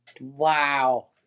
Wow